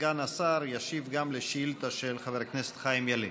סגן השר ישיב גם על שאילתה של חבר הכנסת חיים ילין.